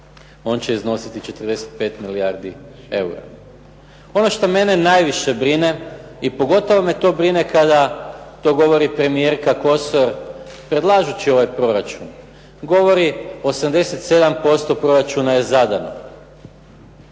on će iznositi 45 milijardi eura. Ono šta mene najviše brine i pogotovo me to brine kada to govori premijerka Kosor, predlažući ovaj proračun, govori 87% proračuna je zadano.